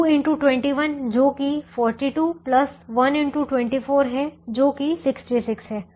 तो 2 x 21 जो कि 42 है जो कि 66 है